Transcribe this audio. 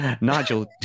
Nigel